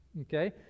Okay